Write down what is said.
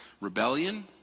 rebellion